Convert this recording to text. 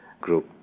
Group